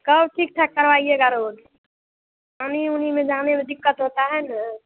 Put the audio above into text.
कब ठीक ठाक करवाइएगा रोड पानी उनी में जाने मे दिक्कत होता है न